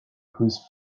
whose